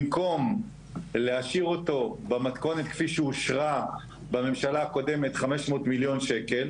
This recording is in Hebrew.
במקום להשאיר אותו במתכונת כפי שאושרה בממשלה הקודמת 500 מיליון שקלים,